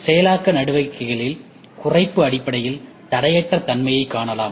செயலாக்க நடவடிக்கைகளில் குறைப்பு அடிப்படையில் தடையற்ற தன்மையைக் காணலாம்